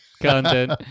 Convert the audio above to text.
content